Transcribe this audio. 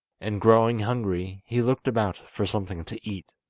and growing hungry he looked about for something to eat.